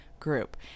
group